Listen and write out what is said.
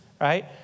right